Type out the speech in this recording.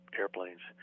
airplanes